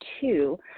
two